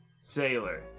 sailor